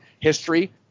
history